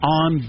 on